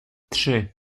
trzy